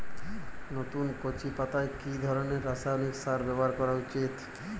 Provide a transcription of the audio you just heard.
নতুন কচি পাতায় কি ধরণের রাসায়নিক সার ব্যবহার করা উচিৎ?